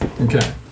okay